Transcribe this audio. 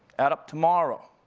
add up tomorrow.